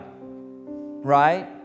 right